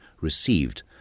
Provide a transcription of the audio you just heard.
received